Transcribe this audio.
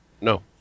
No